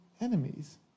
enemies